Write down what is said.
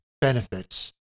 benefits